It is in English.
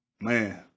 man